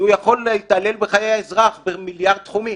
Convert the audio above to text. כי הוא יכול להתעלל בחיי האזרח במיליארד תחומים.